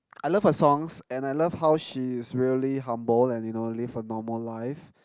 I love her songs and I love how she is really humble and you know live a normal life